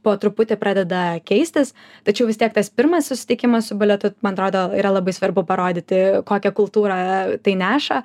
po truputį pradeda keistis tačiau vis tiek tas pirmas susitikimas su baletu man atrodo yra labai svarbu parodyti kokią kultūrą tai neša